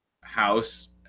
house